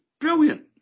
brilliant